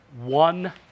one